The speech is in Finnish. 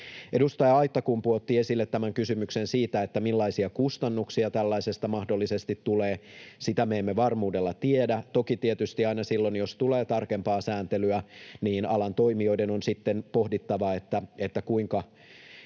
Edustaja Aittakumpu otti esille kysymyksen siitä, millaisia kustannuksia tällaisesta mahdollisesti tulee. Sitä me emme varmuudella tiedä. Toki tietysti aina silloin, jos tulee tarkempaa sääntelyä, alan toimijoiden on sitten pohdittava, kuinka